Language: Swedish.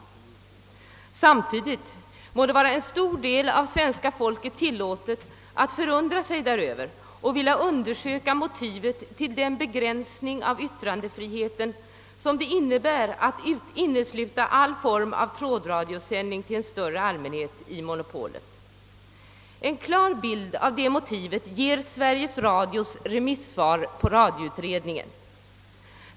Samtidigt må det vara en stor del av svenska folket tillåtet att förundra sig däröver och vilja undersöka motivet till den begränsning av yttrandefriheten som det innebär att innesluta all form av trådradiosändning till en större allmänhet i monopolet. En klar bild av detta motiv ger Sveriges Radios remissvar till radioutredningen.